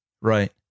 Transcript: Right